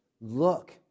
Look